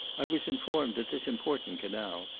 i was informed that this important canal,